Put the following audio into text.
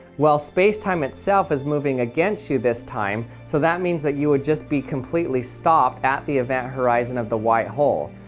while space-time itself is moving against you this time so that means that you will just be completely stopped at the event horizon at the white hole,